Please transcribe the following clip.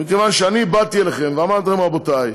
מכיוון שאני באתי אליכם ואמרתי לכם: רבותי,